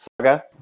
Saga